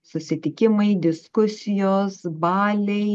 susitikimai diskusijos baliai